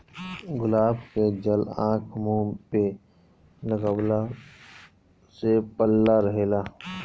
गुलाब के जल आँख, मुंह पे लगवला से पल्ला रहेला